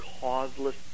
causeless